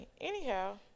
anyhow